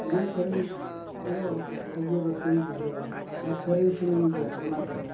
ᱤᱱᱟᱹ ᱥᱮᱨᱮᱧ ᱠᱚᱫᱚ ᱠᱷᱩᱵ ᱡᱳᱨ ᱨᱟᱹᱥᱠᱟᱹᱧ ᱵᱩᱡᱷᱟᱹᱣᱟ ᱟᱨ ᱥᱮᱨᱮᱧ ᱥᱟᱱᱟᱧ ᱜᱮᱭᱟ ᱚᱱᱟ ᱠᱚᱫᱚ